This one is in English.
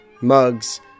mugs